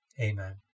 Amen